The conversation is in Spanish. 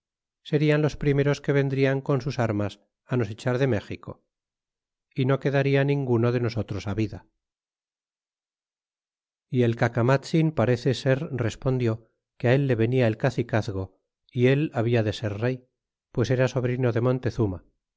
serian los primeros que vendrian con sus armas nos echar de méxico é no quedaria ninguno de nosotros ávida y elcacamatzin parece ser respondió que á él le venia el cacicazgo y él habia de ser rey pues era sobrino de montezuma